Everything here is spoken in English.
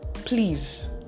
Please